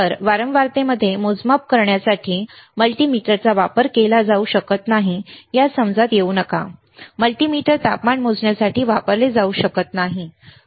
तर वारंवारतेचे मोजमाप करण्यासाठी मल्टीमीटरचा वापर केला जाऊ शकत नाही या समजात येऊ नका मल्टीमीटर तापमान मोजण्यासाठी वापरले जाऊ शकत नाही बरोबर